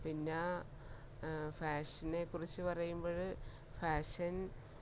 പിന്നെ ഫാഷനെക്കുറിച്ച് പറയുമ്പോൾ ഫാഷൻ